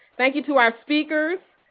thank you to our speakers,